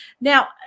Now